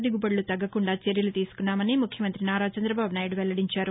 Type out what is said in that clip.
దిగుబడులు తగ్గకుండా చర్యలు తీసుకున్నామని ముఖ్యమంతి నారా చందదబాబునాయుడు వెల్లడించారు